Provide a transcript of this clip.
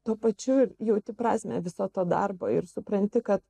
tuo pačiu jauti prasmę viso to darbo ir supranti kad